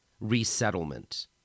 resettlement